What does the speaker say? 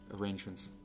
arrangements